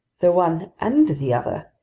the one and the other,